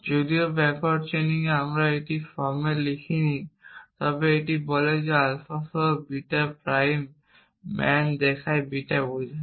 যদিও backward chaining আমরা এটিকে এই ফর্মে লিখিনি তবে এটি বলে যে আলফা সহ বিটা প্রাইম ম্যান দেখায় বিটা বোঝায়